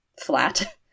flat